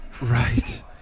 Right